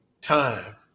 time